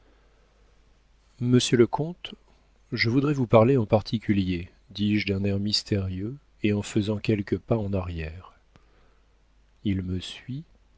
monsieur le comte je voudrais vous parler en particulier dis-je d'un air mystérieux et en faisant quelques pas en arrière il me suit